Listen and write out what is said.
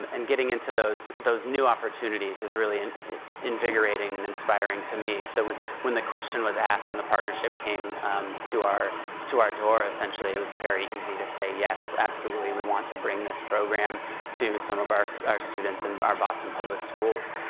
um and getting into those those new opportunities is really invigorating and inspiring to me. so when when the question was asked, when the partnership came to our to our door, essentially, it was very easy to say yes, absolutely, we want to bring this program to some of our so our students in our boston public schools,